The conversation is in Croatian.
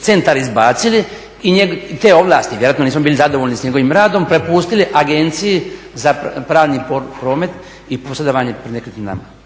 centar izbacili i te ovlasti, vjerojatno nismo bili zadovoljni s njegovim radom, prepustili Agenciji za pravni promete i posredovanje pri nekretninama.